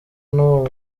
n’uwo